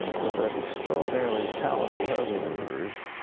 with that extraordinarily talented husband of hers,